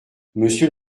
monsieur